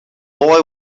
boy